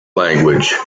language